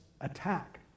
attack